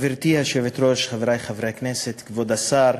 גברתי היושבת-ראש, חברי חברי הכנסת, כבוד השר,